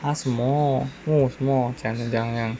!huh! 什么问我什么讲讲讲